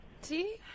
See